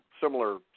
similar